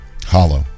Hollow